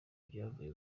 ibyavuye